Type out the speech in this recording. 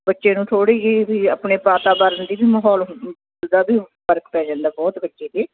ਬੱਚੇ ਨੂੰ ਥੋੜ੍ਹੀ ਜਿਹੀ ਵੀ ਆਪਣੇ ਵਾਤਾਵਰਨ ਦੀ ਵੀ ਮਾਹੌਲ ਦਾ ਵੀ ਫ਼ਰਕ ਪੈ ਜਾਂਦਾ ਬਹੁਤ ਬੱਚੇ ਦੇ